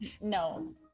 No